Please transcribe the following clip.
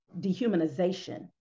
dehumanization